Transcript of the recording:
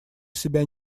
себя